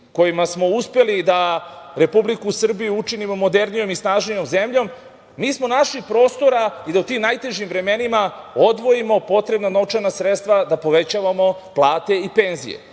kojima smo uspeli da Republiku Srbiju učinimo modernijom i snažnijom zemljom, mi smo našli prostora i da u tim najtežim vremenima odvojimo potrebna novčana sredstva da povećavamo plate i penzije.